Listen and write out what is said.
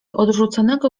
odrzuconego